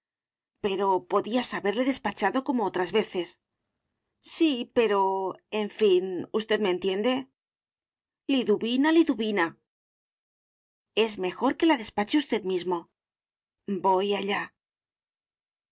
pero podías haberle despachado como otras veces sí pero en fin usted me entiende liduvina liduvina es mejor que la despache usted mismo voy allá